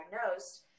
diagnosed